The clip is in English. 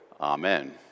Amen